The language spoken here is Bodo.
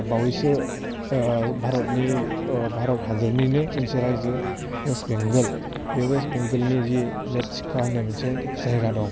बावैसो भारतनि भारत हादरनिनो मोनसे रायजो वेस्ट बेंगोल बे वेस्ट बेंगोलनि जि लेपचिका होननाय मोनसे जायगा दं